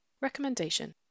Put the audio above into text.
Recommendation